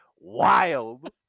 wild